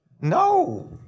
No